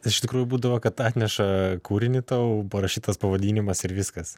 iš tikrųjų būdavo kad atneša kūrinį tau parašytas pavadinimas ir viskas